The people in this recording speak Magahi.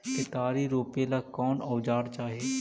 केतारी रोपेला कौन औजर चाही?